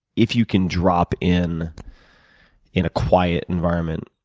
if you can drop in in a quiet environment,